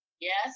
Yes